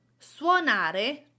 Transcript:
suonare